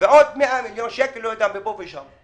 ועוד 100 מיליון שקלים מפה ומשם.